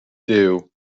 duw